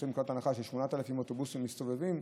יוצאים מנקודת הנחה ש-8,000 אוטובוסים מסתובבים,